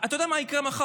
אתה יודע מה יקרה מחר?